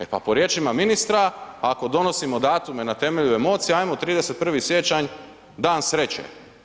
E pa po riječima ministra ako donosimo datume na temelju emocija ajmo 31. siječnja dan sreće.